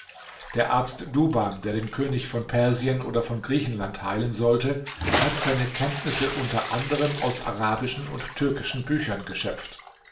der arzt duban der den könig von persien oder von griechenland heilen sollte hat seine kenntnisse unter anderm aus arabischen und türkischen büchern geschöpft